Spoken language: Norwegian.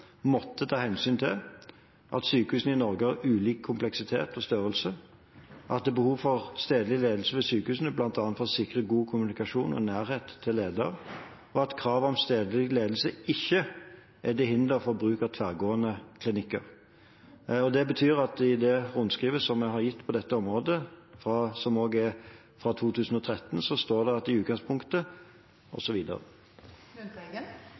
måtte ta hensyn til at sykehusene i Norge har ulik kompleksitet og størrelse, at det er behov for stedlig ledelse ved sykehusene bl.a. for å sikre god kommunikasjon og nærhet til leder, og at kravet om stedlig ledelse ikke er til hinder for bruk av tverrgående klinikker. Det betyr at i det rundskrivet vi har gitt på dette området, som er fra 2013, står det «i utgangspunktet», osv. Det er helt korrekt at